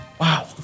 wow